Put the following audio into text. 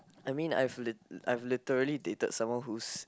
I mean I've lit~ I've literally dated someone who's